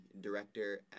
director